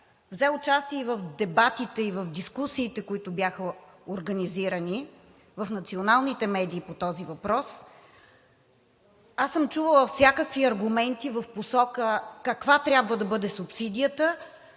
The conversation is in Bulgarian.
взе участие в дебатите и дискусиите, които бяха организирани в националните медии по този въпрос, съм чувала всякакви аргументи в посока каква трябва да бъде субсидията;